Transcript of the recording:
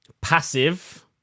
passive